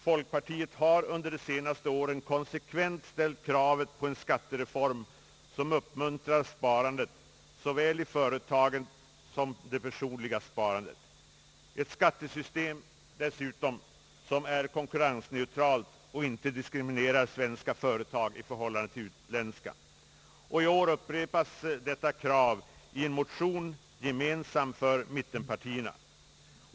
Folkpartiet har under de senaste åren konsekvent ställt kravet på en skattereform som uppmuntrar såväl sparandet i företagen som det personliga sparandet, ett skattesystem dessutom som är konkurrensneutralt och inte diskriminerar svenska företag i förhållande till utländska. I år upprepas detta krav i en motion gemensam för mittenpartierna.